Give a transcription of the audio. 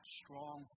strong